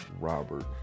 Robert